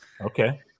Okay